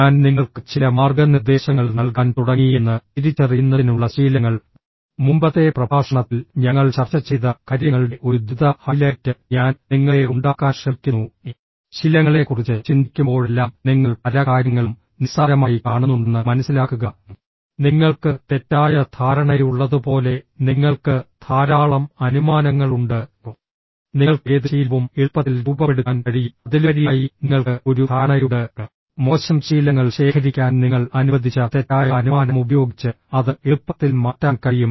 ഞാൻ നിങ്ങൾക്ക് ചില മാർഗ്ഗനിർദ്ദേശങ്ങൾ നൽകാൻ തുടങ്ങിയെന്ന് തിരിച്ചറിയുന്നതിനുള്ള ശീലങ്ങൾ മുമ്പത്തെ പ്രഭാഷണത്തിൽ ഞങ്ങൾ ചർച്ച ചെയ്ത കാര്യങ്ങളുടെ ഒരു ദ്രുത ഹൈലൈറ്റ് ഞാൻ നിങ്ങളെ ഉണ്ടാക്കാൻ ശ്രമിക്കുന്നു ശീലങ്ങളെക്കുറിച്ച് ചിന്തിക്കുമ്പോഴെല്ലാം നിങ്ങൾ പല കാര്യങ്ങളും നിസ്സാരമായി കാണുന്നുണ്ടെന്ന് മനസ്സിലാക്കുക നിങ്ങൾക്ക് തെറ്റായ ധാരണയുള്ളതുപോലെ നിങ്ങൾക്ക് ധാരാളം അനുമാനങ്ങളുണ്ട് നിങ്ങൾക്ക് ഏത് ശീലവും എളുപ്പത്തിൽ രൂപപ്പെടുത്താൻ കഴിയും അതിലുപരിയായി നിങ്ങൾക്ക് ഒരു ധാരണയുണ്ട് മോശം ശീലങ്ങൾ ശേഖരിക്കാൻ നിങ്ങൾ അനുവദിച്ച തെറ്റായ അനുമാനം ഉപയോഗിച്ച് അത് എളുപ്പത്തിൽ മാറ്റാൻ കഴിയും